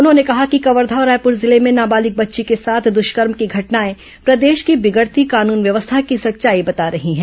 उन्होंने कहा कि कवर्घा और रायपुर जिले में नाबालिग बच्ची के साथ दुष्कर्म की घटनाए प्रदेश की बिगड़ती कानून व्यवस्था की सच्चाई बता रही है